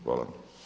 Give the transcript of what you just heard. Hvala.